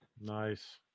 Nice